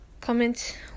comment